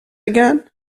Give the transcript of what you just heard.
again